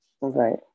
Right